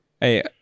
Hey